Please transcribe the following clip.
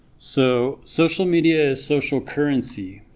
so social media is social currency